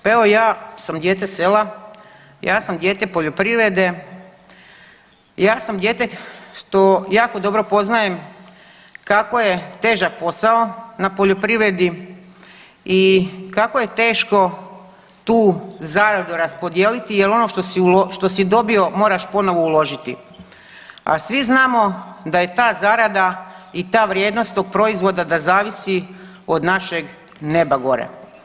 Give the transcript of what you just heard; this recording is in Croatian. Pa evo ja sam dijete sela, ja sam dijete poljoprivrede, ja sam dijete što jako dobro poznajem kako je težak posao na poljoprivredi i kako je teško tu zaradu raspodijeliti jel ono što si dobio moraš ponovo uložiti, a svi znamo da je ta zarada i ta vrijednost tog proizvoda da zavisi od našeg neba gore.